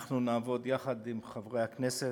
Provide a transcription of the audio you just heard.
אנחנו נעבוד יחד עם חברי הכנסת,